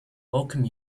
welcome